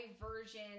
version